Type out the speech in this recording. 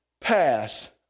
pass